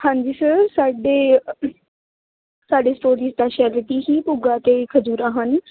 ਹਾਂਜੀ ਸਰ ਸਾਡੇ ਸਾਡੇ ਸਟੋਰੀ ਦਾ ਹੀ ਭੁੱਗਾ ਅਤੇ ਖਜੂਰਾਂ ਹਨ